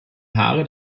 haare